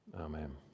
amen